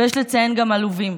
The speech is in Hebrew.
ויש לציין גם עלובים.